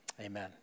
amen